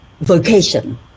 vocation